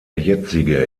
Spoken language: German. jetzige